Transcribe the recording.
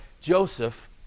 Joseph